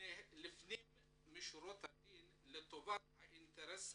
לפנים משורת הדין לטובת האינטרס הציבורי.